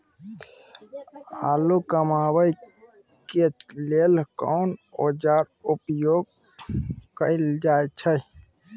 आलू कमाबै के लेल कोन औाजार उपयोग कैल जाय छै?